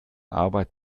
arbeit